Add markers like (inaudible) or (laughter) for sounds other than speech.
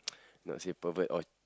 (noise) not say pervert or